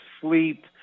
sleep